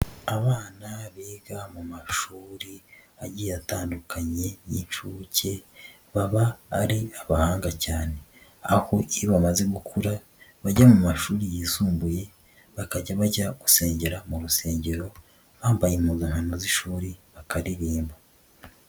Abana biga mu mashuri agiye atandukanye y'incuke baba ari abahanga cyane aho iyo bamaze gukura bajya mu mashuri yisumbuye bakajya bajya gusengera mu rusengero bambaye impuzankano z'ishuri bakaririmba.